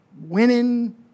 winning